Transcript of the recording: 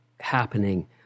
happening